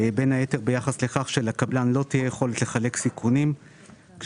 בין היתר ביחס לכך שלקבלן לא תהיה יכולת לחלק סיכונים במקרה